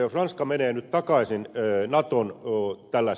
jos ranska menee nyt takaisin tällaiseen naton komentojärjestelmään